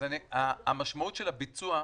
המשמעות של הביצוע,